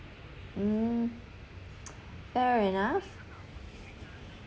mm fair enough